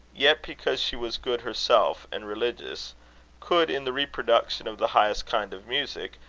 yet because she was good herself, and religious could, in the reproduction of the highest kind of music,